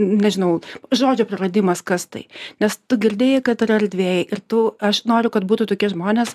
nežinau žodžio praradimas kas tai nes tu girdėjai kad yra erdvėj ir tu aš noriu kad būtų tokie žmonės